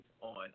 on